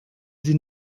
sie